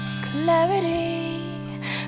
Clarity